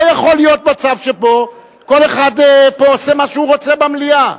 לא יכול להיות מצב שבו כל אחד פה עושה מה שהוא רוצה במליאה.